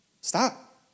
Stop